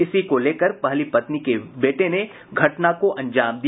इसी को लेकर पहली पत्नी के बेटे ने घटना को अंजाम दिया